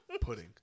Pudding